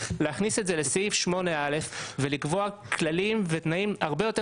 להכניס את זה לסעיף 8(א) ולקבוע כללים ותנאים הרבה יותר